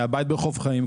מהבית ברחוב חיים,